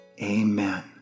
Amen